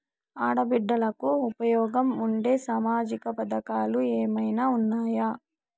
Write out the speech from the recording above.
ఆడ బిడ్డలకు ఉపయోగం ఉండే సామాజిక పథకాలు ఏమైనా ఉన్నాయా?